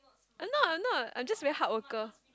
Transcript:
I'm not I'm not I'm just a very hard worker